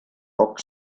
poc